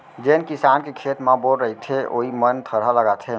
जेन किसान के खेत म बोर रहिथे वोइ मन थरहा लगाथें